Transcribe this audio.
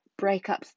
breakups